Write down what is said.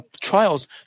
trials